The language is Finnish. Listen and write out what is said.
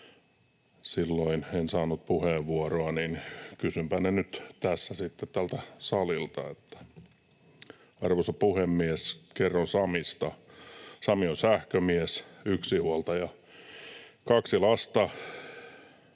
Silloin en saanut puheenvuoroa, joten kysynpä ne nyt tässä sitten tältä salilta. Arvoisa puhemies! Kerron Samista. Sami on sähkömies, yksinhuoltaja, kaksi lasta.